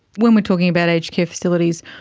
when we are talking about aged care facilities,